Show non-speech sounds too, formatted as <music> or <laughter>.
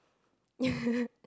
<laughs>